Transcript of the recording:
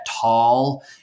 tall